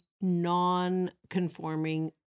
non-conforming